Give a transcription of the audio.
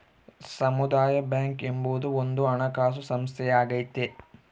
ಸಮುದಾಯ ಬ್ಯಾಂಕ್ ಎಂಬುದು ಒಂದು ಹಣಕಾಸು ಸಂಸ್ಥೆಯಾಗೈತೆ